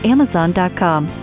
Amazon.com